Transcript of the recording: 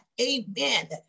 amen